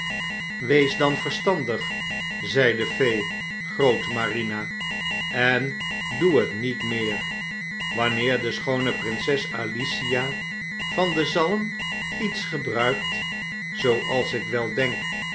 wees dan verstandig zei de pee grootmarina en doe het niet meer wanneer de schoone prinses alicia van den zalm iets gebruikt zooals ik wel denk